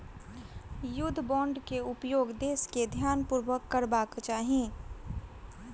युद्ध बांड के उपयोग देस के ध्यानपूर्वक करबाक चाही